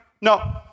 No